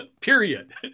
period